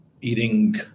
eating